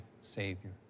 Savior